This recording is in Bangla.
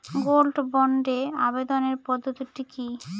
গোল্ড বন্ডে আবেদনের পদ্ধতিটি কি?